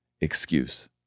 excuse